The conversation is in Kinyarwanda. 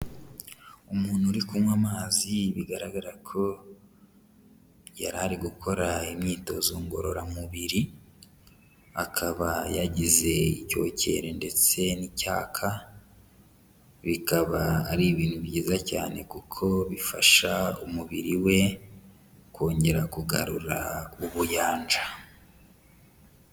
Umuntu uri kunywa amazi bigaragara ko yari ari gukora imyitozo ngororamubiri, akaba yagize icyokere ndetse n'icyayaka, bikaba ari ibintu byiza cyane kuko bifasha umubiri we kongera kugarura ubuyanja.